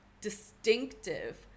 distinctive